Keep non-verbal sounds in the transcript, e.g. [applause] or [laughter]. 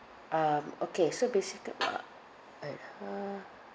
um okay so basical~ [noise] uh (uh huh)